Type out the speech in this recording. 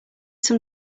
some